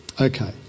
Okay